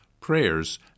prayers